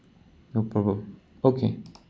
no problem okay